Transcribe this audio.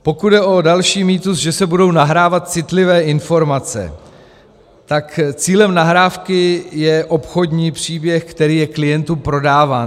Pokud jde o další mýtus, že se budou nahrávat citlivé informace, tak cílem nahrávky je obchodní příběh, který je klientům prodáván.